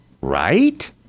right